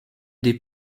des